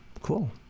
cool